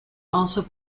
also